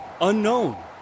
unknown